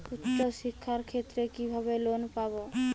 উচ্চশিক্ষার ক্ষেত্রে কিভাবে লোন পাব?